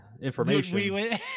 information